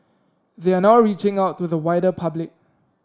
they are now reaching out to the wider public